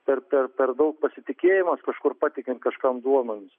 per per per daug pasitikėjimas kažkur patikint kažkam duomenis